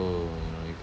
know you can't